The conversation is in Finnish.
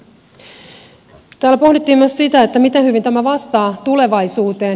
täällä pohdittiin myös sitä miten hyvin tämä vastaa tulevaisuuteen